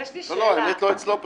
האמת לא אצלו פשוט.